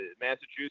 Massachusetts